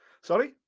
Sorry